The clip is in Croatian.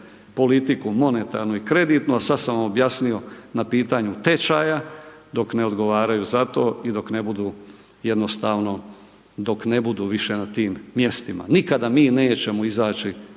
politiku monetarnu i kreditno, sad sam objasnio na pitanju tečaja dok ne odgovaraju za to i dok ne budu jednostavno, dok ne budu više na tim mjestima. Nikada mi nećemo izaći